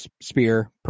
spear